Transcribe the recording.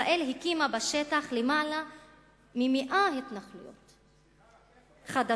ישראל הקימה בשטח למעלה מ-100 התנחלויות חדשות,